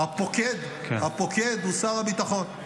הפוקד הוא שר הביטחון.